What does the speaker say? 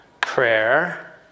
Prayer